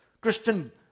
Christian